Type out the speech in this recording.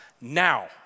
now